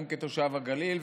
גם כתושב הגליל,